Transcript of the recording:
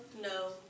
no